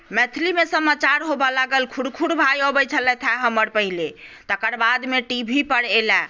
मैथिलीमे समाचार होमय लागल खुरखुर भाइ अबैत छलथि हेँ हमर पहिने तकर बाद टीवीपर आएलए